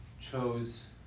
chose